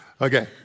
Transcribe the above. Okay